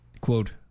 Quote